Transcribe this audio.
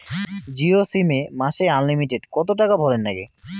Jio sim এ মাসে unlimited কত টাকা ভরের নাগে?